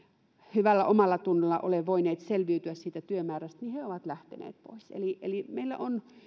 hyvällä omallatunnolla ole voineet selviytyä siitä työmäärästä niin he ovat lähteneet pois eli eli meillä on